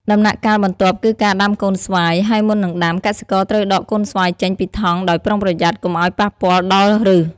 ដំណាក់កាលបន្ទាប់គឺការដាំកូនស្វាយ ហើយមុននឹងដាំ កសិករត្រូវដកកូនស្វាយចេញពីថង់ដោយប្រុងប្រយ័ត្ន កុំឲ្យប៉ះពាល់ដល់ឫស។